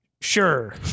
Sure